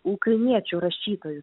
ukrainiečių rašytojų